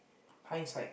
fine side